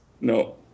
No